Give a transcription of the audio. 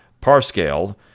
Parscale